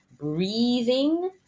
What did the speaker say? breathing